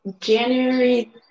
January